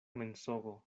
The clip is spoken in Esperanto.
mensogo